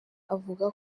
avuga